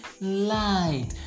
light